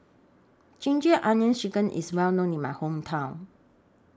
Ginger Onions Chicken IS Well known in My Hometown